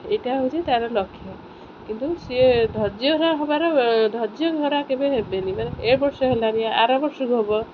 ଏଇଟା ହେଉଛି ତା'ର ଲକ୍ଷ୍ୟ କିନ୍ତୁ ସିଏ ଧୈର୍ଯ୍ୟହରା ହେବାର ଧୈର୍ଯ୍ୟହରା କେବେ ହେବେନି ମାନେ ଏ ବର୍ଷ ହେଲାନି ଆର ବର୍ଷକୁ ହେବ